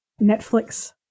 Netflix